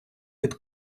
під